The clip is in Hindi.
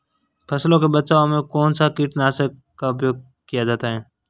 फसलों के बचाव में कौनसा कीटनाशक का उपयोग किया जाता है?